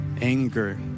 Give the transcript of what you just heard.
anger